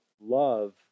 love